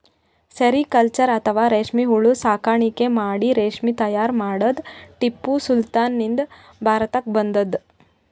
sericulture ಅಥವಾ ರೇಶ್ಮಿ ಹುಳ ಸಾಕಾಣಿಕೆ ಮಾಡಿ ರೇಶ್ಮಿ ತೈಯಾರ್ ಮಾಡದ್ದ್ ಟಿಪ್ಪು ಸುಲ್ತಾನ್ ನಿಂದ್ ಭಾರತಕ್ಕ್ ಬಂದದ್